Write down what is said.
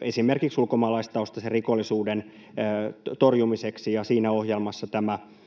esimerkiksi ulkomaalaistaustaisen rikollisuuden torjumiseksi, ja siinä ohjelmassa tämä